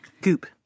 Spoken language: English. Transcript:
Goop